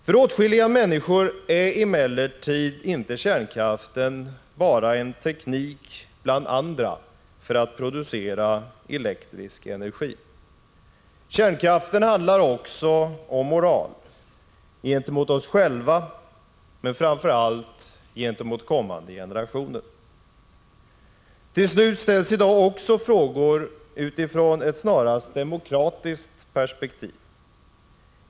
För åtskilliga människor är emellertid inte kärnkraften bara en teknik bland andra för att producera elektrisk energi. Kärnkraften handlar också om moral — gentemot oss själva, men framför allt gentemot kommande generationer. Till slut ställs i dag också frågor utifrån ett snarast demokratiskt perspektiv.